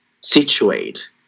situate